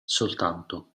soltanto